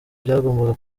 byagombaga